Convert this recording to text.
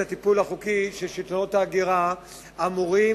את הטיפול החוקי ששלטונות ההגירה אמורים,